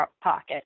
pocket